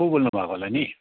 को बोल्नुभएको होला नि